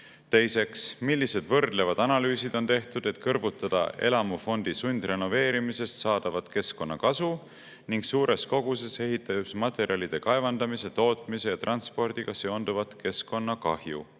Teiseks, millised võrdlevad analüüsid on tehtud, et kõrvutada elamufondi sundrenoveerimisest saadavat keskkonnakasu ning suures koguses ehitusmaterjalide kaevandamise, tootmise ja transpordiga seonduvat keskkonnakahju?